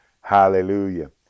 hallelujah